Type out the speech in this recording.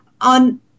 on